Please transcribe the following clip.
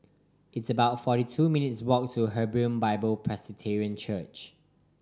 it's about forty two minutes' walk to Hebron Bible Presbyterian Church